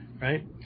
right